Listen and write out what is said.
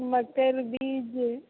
मटर बीज